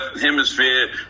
Hemisphere